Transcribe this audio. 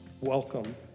welcome